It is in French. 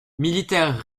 militaire